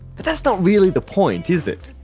but that's not really the point, is it.